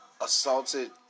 assaulted